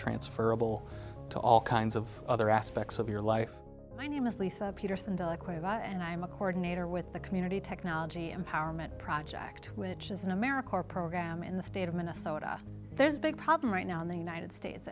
transferable to all kinds of other aspects of your life my name is lisa peterson the equivalent and i'm a cordon later with the community technology empowerment project which is in america our program in the state of minnesota there's a big problem right now in the united states